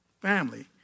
family